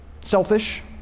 Selfish